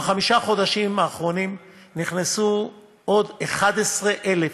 בחמישה החודשים האחרונים נכנסו עוד 11,000